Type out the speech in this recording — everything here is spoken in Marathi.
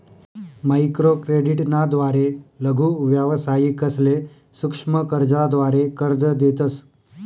माइक्रोक्रेडिट ना द्वारे लघु व्यावसायिकसले सूक्ष्म कर्जाद्वारे कर्ज देतस